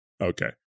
Okay